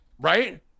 Right